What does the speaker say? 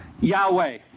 Yahweh